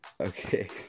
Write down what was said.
Okay